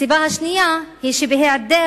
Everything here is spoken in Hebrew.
הסיבה השנייה היא שבהעדר